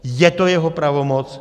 Je to jeho pravomoc.